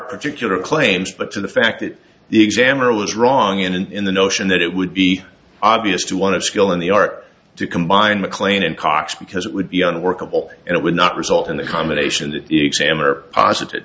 particular claims but to the fact that the examiner was wrong in the notion that it would be obvious to want to skill in the art to combine mclean and cox because it would be unworkable and it would not result in the combination of exam or positive